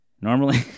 Normally